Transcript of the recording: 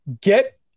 Get